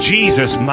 Jesus